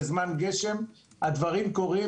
בזמן גשם הדברים קורים,